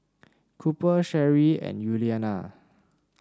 Cooper Sheri and Yuliana